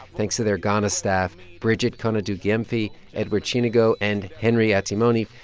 thanks to their ghana staff bridget konadu gyamfi, edward tsinigo and henry atimone.